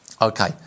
Okay